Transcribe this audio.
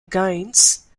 gaines